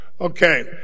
Okay